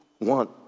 want